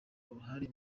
uruhare